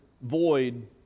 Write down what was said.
void